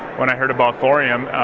when i heard about thorium,